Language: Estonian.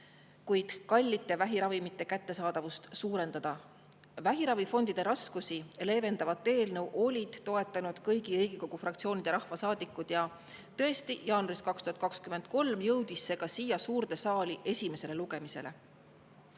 kuid kallite vähiravimite kättesaadavust suurendada. Vähiravifondide raskusi leevendavat eelnõu olid toetanud kõigi Riigikogu fraktsioonide rahvasaadikud. Tõesti, jaanuaris 2023 jõudis see ka siia suurde saali esimesele lugemisele. Kõnealune